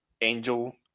Angel